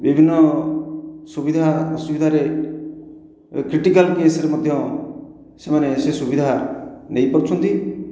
ବିଭିନ୍ନ ସୁବିଧା ଅସୁବିଧାରେ କ୍ରିଟିକାଲ କେସରେ ମଧ୍ୟ ସେମାନେ ସେ ସୁବିଧା ନେଇପାରୁଛନ୍ତି